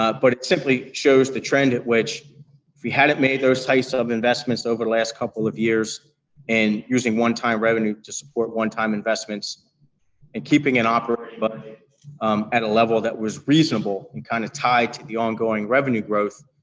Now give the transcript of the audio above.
ah but it simply shows the trend at which if we hadn't made those types of investments over the last couple of years and using one-time revenue to support one-time investments and keeping an operating budget but at a level that was reasonable, and kind of tied to the ongoing revenue growth,